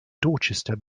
dorchester